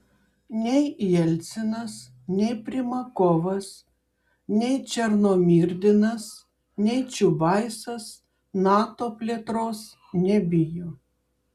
nei jelcinas nei primakovas nei černomyrdinas nei čiubaisas nato plėtros nebijo